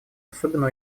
особенно